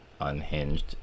Unhinged